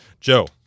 Joe